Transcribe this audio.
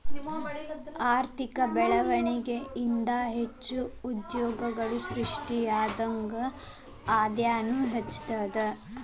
ಆರ್ಥಿಕ ಬೆಳ್ವಣಿಗೆ ಇಂದಾ ಹೆಚ್ಚು ಉದ್ಯೋಗಗಳು ಸೃಷ್ಟಿಯಾದಂಗ್ ಆದಾಯನೂ ಹೆಚ್ತದ